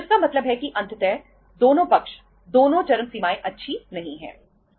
तो इसका मतलब है कि अंतत दोनों पक्ष दोनों चरम सीमाएं अच्छी नहीं हैं